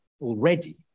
already